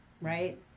right